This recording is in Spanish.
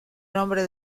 nombre